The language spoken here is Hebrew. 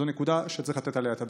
זו נקודה שצריך לתת עליה את הדעת.